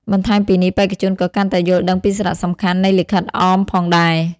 បន្ថែមពីនេះ បេក្ខជនក៏កាន់តែយល់ដឹងពីសារៈសំខាន់នៃលិខិតអមផងដែរ។